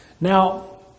Now